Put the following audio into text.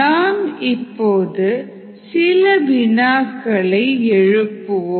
நாம் எப்போதும் போல சில வினாக்களை எழுப்புவோம்